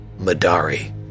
Madari